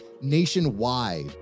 nationwide